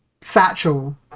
satchel